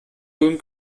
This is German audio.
ulm